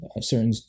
certain